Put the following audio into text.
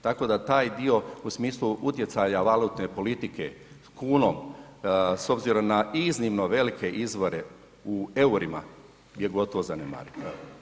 Tako da taj dio u smislu utjecaja valutne politike kunom, s obzirom na iznimno velike izvore u eurima je gotovo zanemarivo.